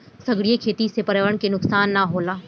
सागरीय खेती से पर्यावरण के नुकसान ना होला